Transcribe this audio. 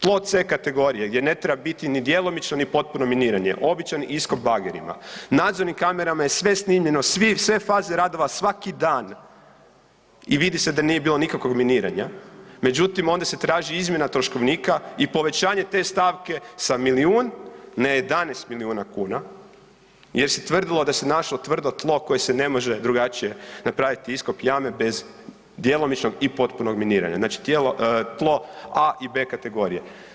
Tlo C kategorije gdje ne treba biti ni djelomično, ni potpuno miniranje, običan iskop bagerima, nadzornim kamerama je sve snimljene, sve faze radova svaki dan i vidi se da nije bilo nikakvog miniranja, međutim onda se traži izmjena troškovnika i povećanje te stavke sa milijun na 11 milijuna kuna jer se tvrdilo da se našlo tvrdo tlo koje se ne može drugačije napraviti iskop jame bez djelomičnog i potpunog miniranja, znači tlo A i B kategorije.